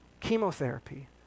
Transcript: chemotherapy